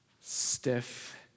stiff